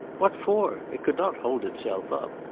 what for? it could not hold itself up.